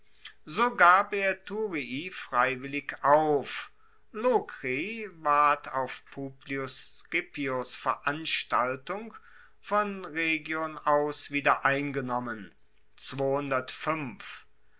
so gab er thurii freiwillig auf lokri ward auf publius scipios veranstaltung von rhegion aus wieder eingenommen